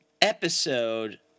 episode